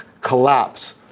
collapse